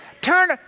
Turn